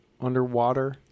Underwater